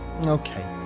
Okay